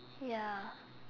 ya